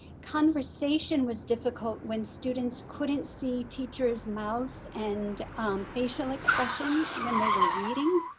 conversation was difficult when students couldn't see teacher's mouths and facial expressions when they were reading.